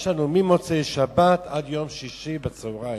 יש לנו ממוצאי-שבת עד יום שישי בצהריים.